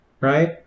right